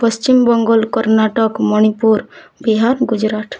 ପଶ୍ଚିମ ବଙ୍ଗଲ କର୍ଣାଟକ ମଣିପୁର ବିହାର ଗୁଜୁରାଟ